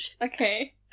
okay